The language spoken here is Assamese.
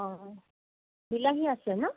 অঁ অঁ বিলাহী আছে ন